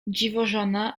dziwożona